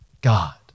God